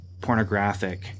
pornographic